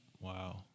Wow